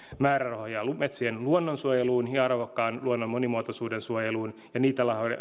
määrärahoja metsien luonnonsuojeluun ja arvokkaan luonnon monimuotoisuuden suojeluun ja niitä